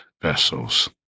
vessels